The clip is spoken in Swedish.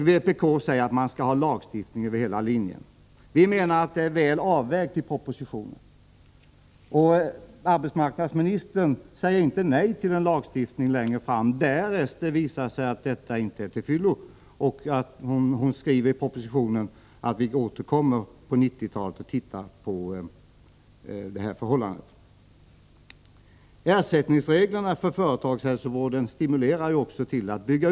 Vpk vill ha lagstiftning över hela linjen. Vi menar att förslaget i propositionen är väl avvägt. Arbetsmarknadsministern säger inte heller nej till en lagstiftning längre fram, därest det visar sig att den nu föreslagna ordningen inte är till fyllest. Hon skriver i propositionen att vi återkommer på 1990-talet och tittar på detta förhållande. Ersättningsreglerna för företagshälsovården stimulerar också en utbyggnad.